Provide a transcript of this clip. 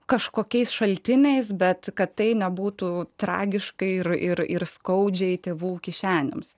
kažkokiais šaltiniais bet kad tai nebūtų tragiškai ir ir ir skaudžiai tėvų kišenėms